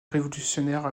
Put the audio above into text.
révolutionnaire